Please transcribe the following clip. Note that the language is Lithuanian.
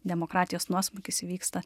demokratijos nuosmukis įvyksta